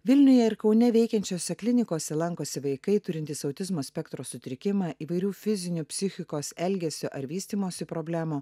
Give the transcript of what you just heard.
vilniuje ir kaune veikiančiose klinikose lankosi vaikai turintys autizmo spektro sutrikimą įvairių fizinių psichikos elgesio ar vystymosi problemų